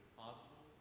possible